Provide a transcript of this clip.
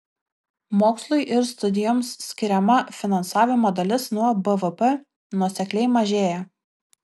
mokslui ir studijoms skiriama finansavimo dalis nuo bvp nuosekliai mažėja